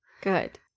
good